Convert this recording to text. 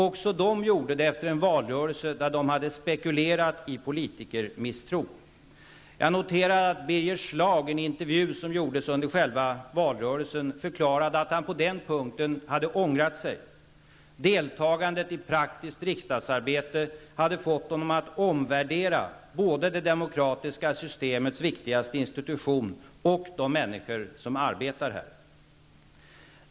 Även de gjorde det efter en valrörelse där de hade spekulerat i politikermisstro. Jag noterar att Birger Schlaug i en intervju som gjordes under själva valrörelsen förklarade att han på den punkten hade ångrat sig. Deltagandet i praktiskt riksdagsarbete hade fått honom att omvärdera både det demokratiska systemets viktigaste institution och de människor som arbetar här.